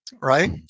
right